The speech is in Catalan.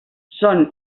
són